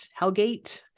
Hellgate